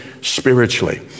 spiritually